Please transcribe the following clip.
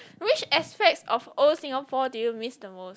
which aspects of old Singapore do you miss the most